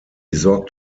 sorgt